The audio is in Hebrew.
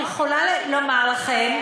אני יכולה לומר לכם,